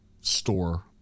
store